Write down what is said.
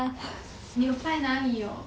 你 apply 哪里 oh